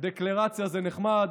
דקלרציה זה נחמד,